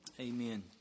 Amen